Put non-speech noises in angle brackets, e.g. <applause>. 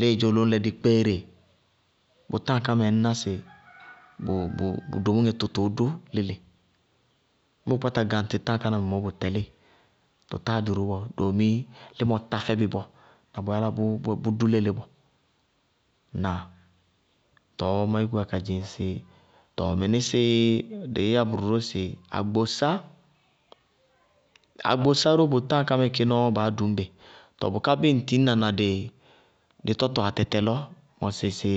Lɩɩdzʋ, lʋŋlɛ dikpeere, bʋ táa ká mɛɛ ŋñná sɩ <noise> bʋ bʋ domúŋɛ tʋ, tʋʋ dʋ léle. Ñŋ bʋ kpáta ka gaŋtɩ táa káná mɛ, bʋ tɛlíɩ, tʋ táa dʋ ró bɔɔ, doomi límɔ tá fɛbɩ ró bɔɔ na bʋ yálá bʋ dʋ léle bɔɔ. Ŋnáa? Tɔɔ má yúkú wá ka dzɩŋsɩ, tɔɔ dɩí yá bʋrʋ ró sɩ agbosá, agbosá bʋ táa kamɛ kéé nɔɔ baá dʋñ bɩ. Tɔɔ bʋká bíɩ ŋtɩñ na na dɩ tɔtɔ atɛtɛ lɔ, mɔsɩ ŋsɩ